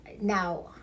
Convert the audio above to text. Now